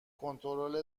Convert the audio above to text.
کنترل